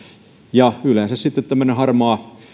ja yleensä sitten tämmöinen harmaa